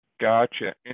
Gotcha